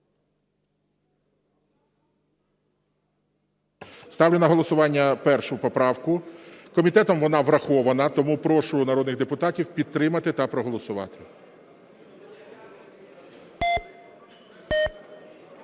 Ставлю на голосування 1 поправку. Комітетом вона врахована, тому прошу народних депутатів підтримати та проголосувати.